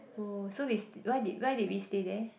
oh so we st~ why did why did we stay there